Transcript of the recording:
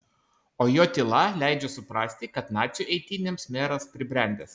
o jo tyla leidžia suprasti kad nacių eitynėms meras pribrendęs